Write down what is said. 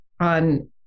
on